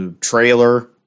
trailer